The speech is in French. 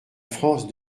france